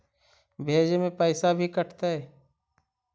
भेजे में पैसा भी कटतै?